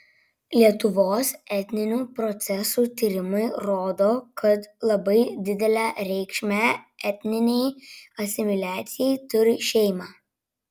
lietuvos etninių procesų tyrimai rodo kad labai didelę reikšmę etninei asimiliacijai turi šeima